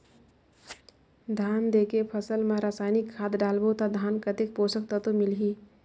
धान देंके फसल मा रसायनिक खाद डालबो ता धान कतेक पोषक तत्व मिलही?